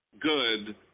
good